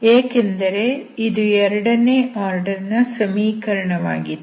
ಏಕೆಂದರೆ ಇದು ಎರಡನೇ ಆರ್ಡರ್ ನ ಸಮೀಕರಣವಾಗಿದೆ